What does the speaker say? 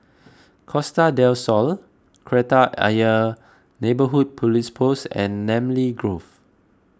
Costa del Sol Kreta Ayer Neighbourhood Police Post and Namly Grove